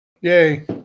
Yay